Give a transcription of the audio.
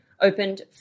opened